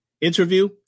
interview